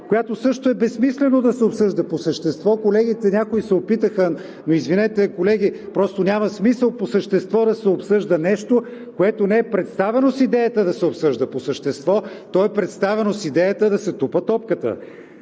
която също е безсмислено да се обсъжда по същество. Някои колеги се опитаха, но извинете, колеги, просто няма смисъл по същество да се обсъжда нещо, което не е представено с идеята да се обсъжда по същество – то е представено с идеята да се тупа топката.